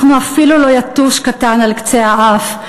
אנחנו אפילו לא יתוש קטן על קצה האף,